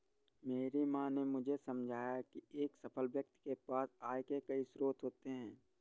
मेरी माँ ने मुझे समझाया की एक सफल व्यक्ति के पास आय के कई स्रोत होते हैं